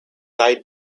side